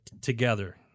together